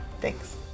thanks